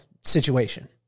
situation